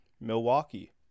Milwaukee